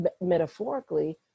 metaphorically